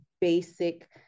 basic